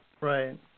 Right